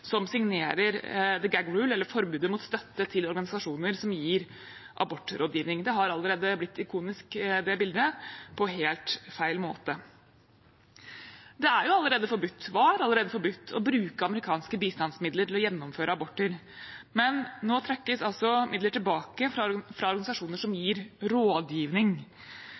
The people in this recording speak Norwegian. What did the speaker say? som signerer The gag rule, forbudet mot støtte til organisasjoner som gir abortrådgivning. Det bildet har allerede blitt ikonisk – på feil måte. Det var allerede forbudt å bruke amerikanske bistandsmidler til å gjennomføre aborter. Men nå trekkes altså midler tilbake fra organisasjoner som gir rådgivning.